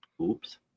Oops